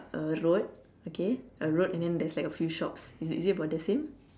a road okay a road and then there's like a few shops is is it about the same